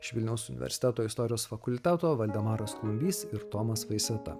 iš vilniaus universiteto istorijos fakulteto valdemaras klumbys ir tomas vaiseta